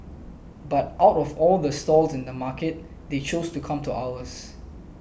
but out of all the stalls in the market they chose to come to ours